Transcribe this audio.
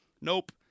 Nope